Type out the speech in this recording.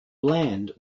bland